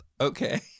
okay